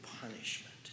punishment